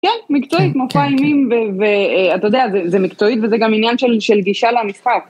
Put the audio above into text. כן, מקצועית, מופע אימים, ואתה יודע, זה... זה מקצועית וזה גם עניין של גישה למשחק.